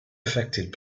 affected